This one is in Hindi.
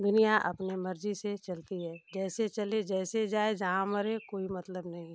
दुनिया अपने मर्जी से चलती है जैसे चले जैसे जाए जहाँ मरे कोई मतलब नहीं है